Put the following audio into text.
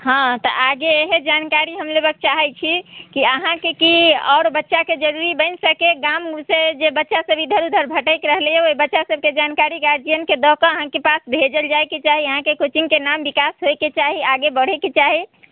हँ तऽ आगे इएह जानकारी हम लेबऽके चाहै छी कि अहाँके की आओर बच्चाके जरूरी बनि सकैए गाम घरसँ जे बच्चा सभ इधर उधर भटकि रहलै है ओहि बच्चा सभके जानकारी गार्जियनके दऽके अहाँके पास भेजल जाइके चाही अहाँके कोचिंगके नाम विकास होइके चाही आगे बढ़ैके चाही